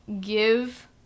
give